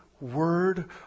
Word